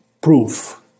proof